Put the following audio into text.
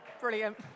Brilliant